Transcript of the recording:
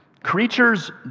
Creatures